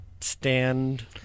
stand